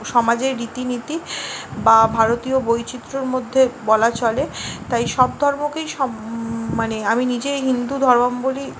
সমাজের রীতিনীতি বা ভারতীয় বৈচিত্র্যর মধ্যে বলা চলে তাই সব ধর্মকেই সব মানে আমি নিজে হিন্দু ধর্মাবলম্বী